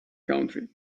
country